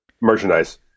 merchandise